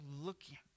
looking